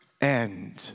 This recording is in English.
end